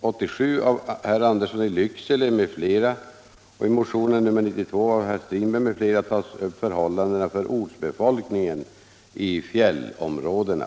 87 av herr Andersson i Lycksele m.fl. och i motionen 92 av herr Strindberg m.fl. tar man upp förhållandena för ortsbefolkningen i fjällområdena.